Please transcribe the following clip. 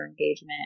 engagement